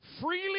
Freely